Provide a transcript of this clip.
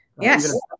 Yes